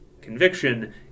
conviction